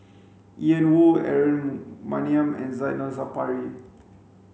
Ian Woo Aaron Maniam and Zainal Sapari